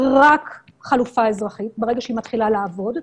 רק חלופה אזרחית ברגע שהיא מתחילה לעבוד.